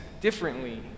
differently